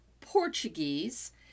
Portuguese